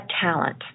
talent